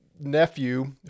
nephew